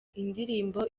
indirimbo